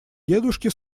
дедушки